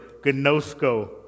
gnosko